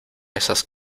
esas